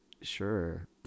sure